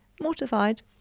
mortified